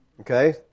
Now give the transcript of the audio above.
Okay